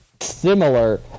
similar